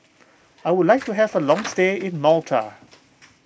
I would like to have a long stay in Malta